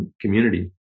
community